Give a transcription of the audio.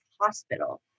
hospital